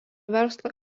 verslo